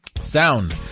Sound